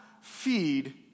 feed